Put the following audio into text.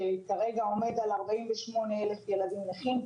שכרגע עומדת על כ-48 אלף ילדים נכים,